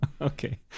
okay